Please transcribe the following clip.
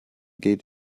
geht